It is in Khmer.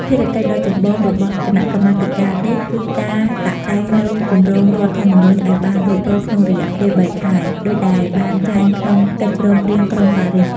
ភារកិច្ចដ៏ចម្បងរបស់ គណៈកម្មាធិការនេះ គឺការតាក់តែងនូវគម្រោងរដ្ឋធម្មនុញ្ញឱ្យបានរួចរាល់ក្នុងរយៈពេលបីខែ ដូចដែលមានចែងក្នុងកិច្ចព្រមព្រៀងក្រុងប៉ារីស។